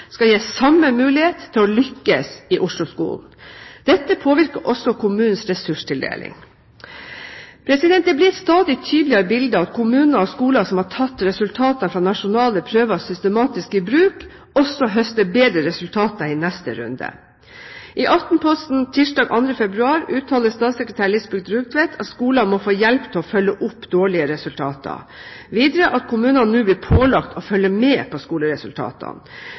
skal gis samme mulighet til å lykkes i Oslo-skolen. Dette påvirker også kommunens ressurstildeling. Det blir et stadig tydeligere bilde at kommuner og skoler som har tatt resultatene fra nasjonale prøver systematisk i bruk, også høster bedre resultater i neste runde. I Aftenposten tirsdag 2. februar uttalte statssekretær Lisbet Rugtvedt at skoler må få hjelp til å følge opp dårlige resultater, og videre at kommuner nå blir pålagt å følge med på skoleresultatene.